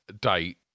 date